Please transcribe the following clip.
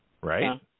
Right